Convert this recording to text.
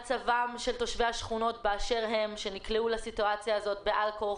מצבם של תושבי השכונות באשר הם שנקלעו לסיטואציה הזאת בעל כורחם.